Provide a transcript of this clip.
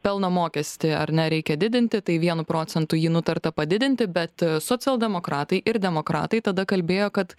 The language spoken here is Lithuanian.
pelno mokestį ar ne reikia didinti tai vienu procentu jį nutarta padidinti bet socialdemokratai ir demokratai tada kalbėjo kad